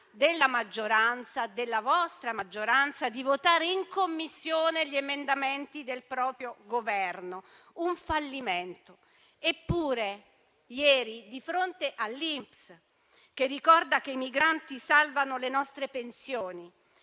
della maggioranza, della vostra maggioranza, di votare in Commissione gli emendamenti del Governo: un fallimento. Eppure, di fronte all'INPS, che ricorda che i migranti salvano le nostre pensioni,